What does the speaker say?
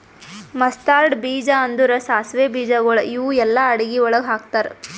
mustard ಬೀಜ ಅಂದುರ್ ಸಾಸಿವೆ ಬೀಜಗೊಳ್ ಇವು ಎಲ್ಲಾ ಅಡಗಿ ಒಳಗ್ ಹಾಕತಾರ್